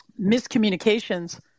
miscommunications